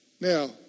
Now